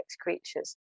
creatures